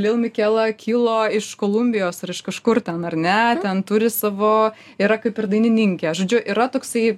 lil mikela kilo iš kolumbijos ar iš kažkur ten ar ne ten turi savo yra kaip ir dainininkė žodžiu yra toksai